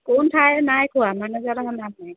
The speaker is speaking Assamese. কোন ঠাইৰ নাই কোৱা মানুহজনক